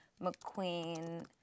McQueen